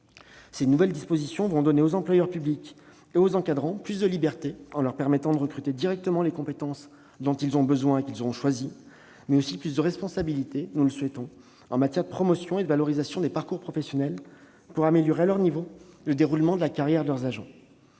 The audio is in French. Ces nouvelles dispositions vont donner aux employeurs publics et aux encadrants plus de liberté en leur permettant de choisir directement les compétences dont ils ont besoin, mais aussi plus de responsabilités, nous le souhaitons, en matière de promotion et de valorisation des parcours professionnels pour améliorer, à leur niveau, les déroulements de carrière de leurs agents.